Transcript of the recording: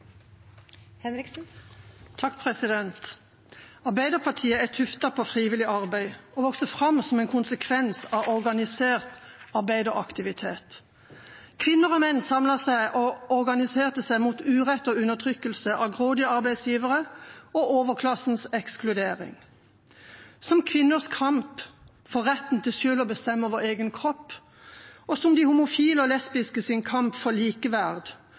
på frivillig arbeid og vokste fram som en konsekvens av organisert arbeideraktivitet. Kvinner og menn samlet seg og organiserte seg mot urett og undertrykkelse fra grådige arbeidsgivere og overklassens ekskludering – som kvinners kamp for retten til selv å bestemme over egen kropp, og som de homofile og lesbiskes kamp for likeverd